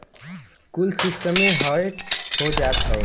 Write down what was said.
कुल सिस्टमे हैक हो जात हौ